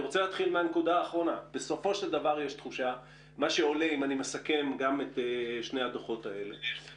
אתחיל בנושא האחרון: אם אני מסכם את שני הדוחות שנסקרו כאן,